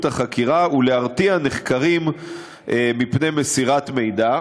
החקירה ולהרתיע נחקרים מפני מסירת מידע.